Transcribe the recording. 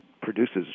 produces